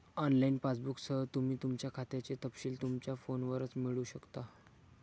online पासबुकसह, तुम्ही तुमच्या खात्याचे तपशील तुमच्या फोनवरच मिळवू शकता